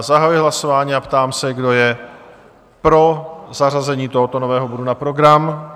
Zahajuji hlasování a ptám se, kdo je pro zařazení tohoto nového bodu na program?